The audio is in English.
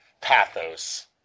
pathos